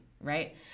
right